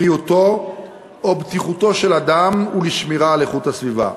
בריאותו או בטיחותו של אדם ולשמירה על איכות הסביבה.